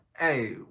Hey